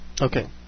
okay